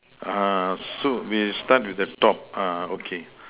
so we start with the top okay